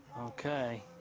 Okay